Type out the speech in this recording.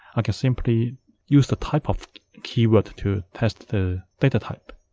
i can simply use the typeof keyword to test the data type